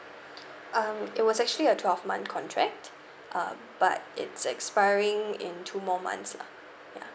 um it was actually a twelve month contract uh but it's expiring in two more months lah ya